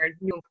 new